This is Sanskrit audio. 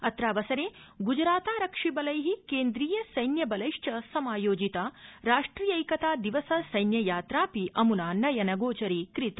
अत्रावसरे गुजरातारक्षिबलै केन्द्रीय सैन्यबलैश्च समायोजिता राष्ट्रियैकता दिवस सैन्ययात्रापि अम्ना नयनगोचरी कृता